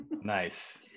Nice